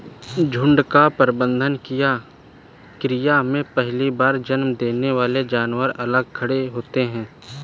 झुंड का प्रबंधन क्रिया में पहली बार जन्म देने वाले जानवर अलग खड़े होते हैं